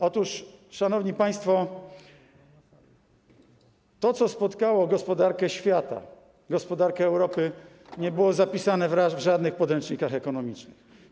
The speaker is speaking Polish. Otóż, szanowni państwo, to, co spotkało gospodarkę świata, gospodarkę Europy, nie było zapisane w żadnych podręcznikach ekonomicznych.